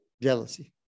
Jealousy